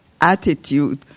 attitude